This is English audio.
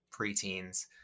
preteens